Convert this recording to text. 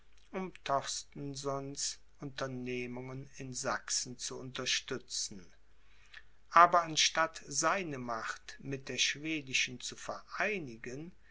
um torstensons unternehmungen in sachsen zu unterstützen aber anstatt seine macht mit der schwedischen zu vereinigen